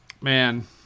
man